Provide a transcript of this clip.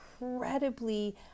incredibly